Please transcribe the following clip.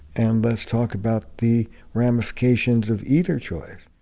and let's talk about the ramifications of either choice.